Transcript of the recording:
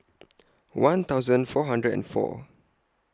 one thousand four hundred and four